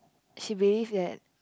she believe that